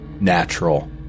Natural